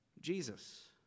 Jesus